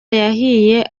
yahiye